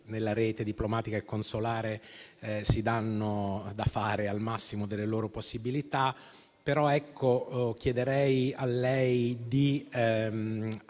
nella rete diplomatica e consolare si danno da fare al massimo delle loro possibilità. Chiederei però a lei di